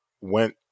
went